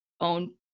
own